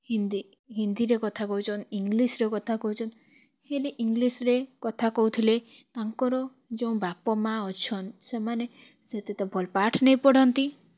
ହିନ୍ଦୀ ହିନ୍ଦୀରେ କଥା କହୁଛନ୍ ଇଂଲିଶ୍ରେ କଥା କହୁଛନ୍ ହେଲେ ଇଂଲିଶ୍ରେ କଥା କହୁଥିଲେ ତାଙ୍କର ଯେଉଁ ବାପ ମାଆ ଅଛନ୍ ସେମାନେ ସେତେ ଭଲ୍ ପାଠ୍ ନେଇଁପଢ଼ନ୍ତି